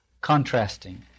contrasting